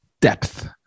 depth